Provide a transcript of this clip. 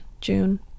June